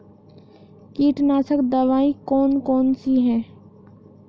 कीटनाशक दवाई कौन कौन सी हैं?